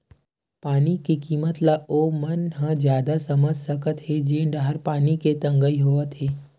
पानी के किम्मत ल ओ मनखे ह जादा समझ सकत हे जेन डाहर पानी के तगई होवथे